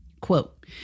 Quote